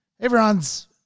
Everyone's